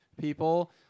people